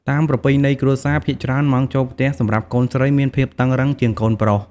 តាមប្រពៃណីគ្រួសារ ភាគច្រើនម៉ោងចូលផ្ទះសម្រាប់កូនស្រីមានភាពតឹងរឹងជាងកូនប្រុស។